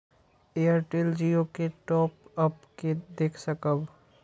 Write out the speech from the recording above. Airtel Jio के top up के देख सकब?